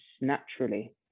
naturally